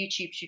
YouTube